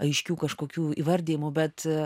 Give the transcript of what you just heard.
aiškių kažkokių įvardijimų bet